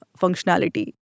functionality